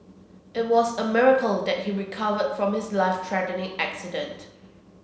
it was a miracle that he recovered from his life threatening accident